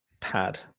pad